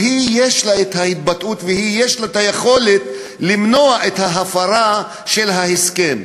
יש לה ההתבטאות ויש לה יכולת למנוע את ההפרה של ההסכם.